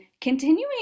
continuing